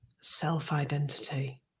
self-identity